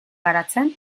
garatzen